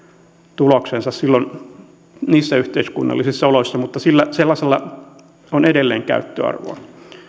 tuloksensa silloin niissä yhteiskunnallisissa oloissa ja sellaisella on edelleen käyttöarvoa